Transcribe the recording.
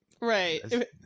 Right